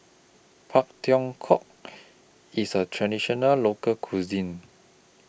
Pak Thong Ko IS A Traditional Local Cuisine